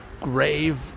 grave